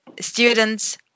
students